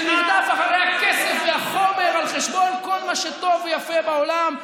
של מרדף אחרי הכסף והחומר על חשבון כל מה שטוב ויפה בעולם.